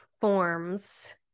forms